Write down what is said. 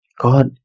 God